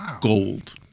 gold